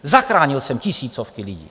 Zachránil jsem tisícovky lidí.